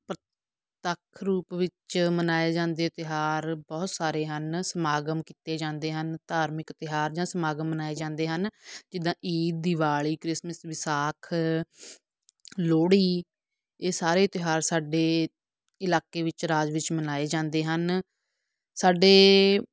ਪ੍ਰਤੱਖ ਰੂਪ ਵਿੱਚ ਮਨਾਇਆ ਜਾਂਦੇ ਤਿਉਹਾਰ ਬਹੁਤ ਸਾਰੇ ਹਨ ਸਮਾਗਮ ਕੀਤੇ ਜਾਂਦੇ ਹਨ ਧਾਰਮਿਕ ਤਿਉਹਾਰ ਜਾਂ ਸਮਾਗਮ ਮਨਾਏ ਜਾਂਦੇ ਹਨ ਜਿੱਦਾਂ ਈਦ ਦੀਵਾਲੀ ਕ੍ਰਿਸਮਿਸ ਵਿਸਾਖ ਲੋਹੜੀ ਇਹ ਸਾਰੇ ਤਿਉਹਾਰ ਸਾਡੇ ਇਲਾਕੇ ਵਿੱਚ ਰਾਜ ਵਿੱਚ ਮਨਾਏ ਜਾਂਦੇ ਹਨ ਸਾਡੇ